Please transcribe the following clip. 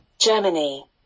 Germany